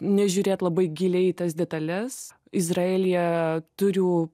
nežiūrėt labai giliai į tas detales izraelyje turiu